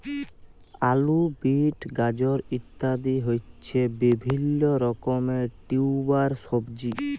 আলু, বিট, গাজর ইত্যাদি হচ্ছে বিভিল্য রকমের টিউবার সবজি